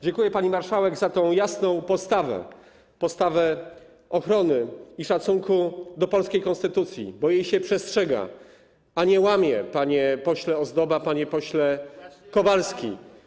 Dziękuję pani marszałek za tę jasną postawę - postawę ochrony i szacunku do polskiej konstytucji, bo się jej przestrzega, a nie ją łamie, panie pośle Ozdoba, panie pośle Kowalski.